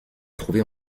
trouvés